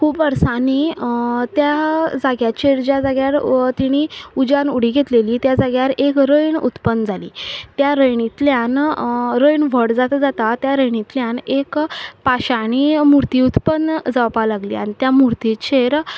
खूब वर्सांनी त्या जाग्याचेर ज्या जाग्यार तिणी उज्यान उडी घेतलेली त्या जाग्यार एक रयण उत्पन्न जाली त्या रयणींतल्यान रयण व्हड जाता जाता त्या रयणींतल्यान एक पाशाणी मुर्ती उत्पन्न जावपाक लागली आनी त्या मुर्तीचेर